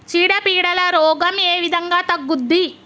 చీడ పీడల రోగం ఏ విధంగా తగ్గుద్ది?